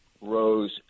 rose